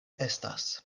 estas